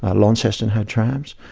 ah launceston had trams.